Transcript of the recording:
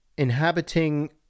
inhabiting